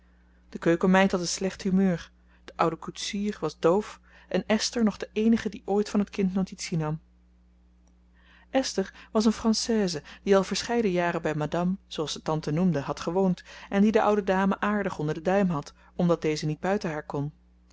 de keukenmeid had een slecht humeur de oude koetsier was doof en esther nog de eenige die ooit van het kind notitie nam esther was een française die al verscheiden jaren bij madame zooals ze tante noemde had gewoond en die de oude dame aardig onder den duim had omdat deze niet buiten haar kon